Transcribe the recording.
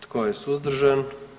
Tko je suzdržan?